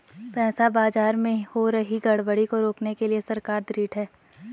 पैसा बाजार में हो रही गड़बड़ी को रोकने के लिए सरकार ढृढ़ है